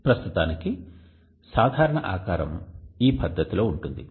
ప్రస్తుతానికి సాధారణ ఆకారం ఈ పద్ధతిలో ఉంటుంది